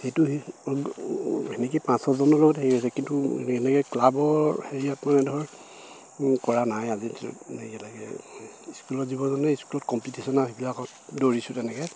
সেইটো সেনেকে পাঁচ ছয়জনৰ লগত হেৰি আছে কিন্তু এনেকে ক্লাবৰ হেৰিয়াত মানে ধৰ কৰা নাই আজি লেকে ইস্কুলৰ জীৱন স্কুলত কম্পিটিচন সেইবিলাকত দৌৰিছোঁ তেনেকে